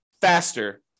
faster